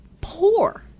poor